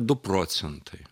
du procentai